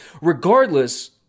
regardless